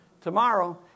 Tomorrow